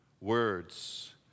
words